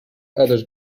others